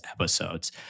episodes